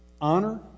Honor